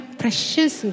precious